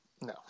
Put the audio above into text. no